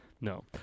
No